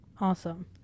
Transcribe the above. Awesome